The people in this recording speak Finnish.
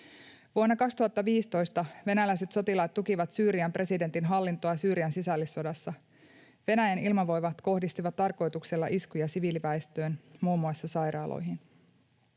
Vuonna 2015 venäläiset sotilaat tukivat Syyrian presidentin hallintoa Syyrian sisällissodassa. Venäjän ilmavoimat kohdistivat tarkoituksella iskuja siviiliväestöön, muun muassa sairaaloihin.